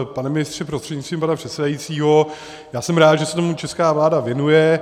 Pane ministře prostřednictvím pana předsedajícího, já jsem rád, že se tomu česká vláda věnuje.